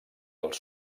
els